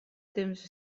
temps